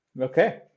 okay